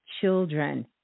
children